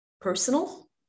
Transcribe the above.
personal